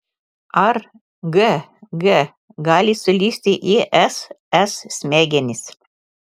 ar g g gali sulįsti į s s smegenis